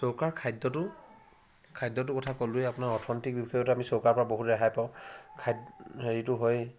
চৌকাৰ খাদ্যটো খাদ্যটো কথা ক'লোঁৱে আপোনাক অৰ্থনৈতিক বিষয়ত আমি চৌকাৰপৰা বহুত ৰেহাই পাওঁ খাদ্য হেৰিটো হয়ে